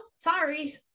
sorry